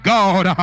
God